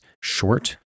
short